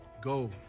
go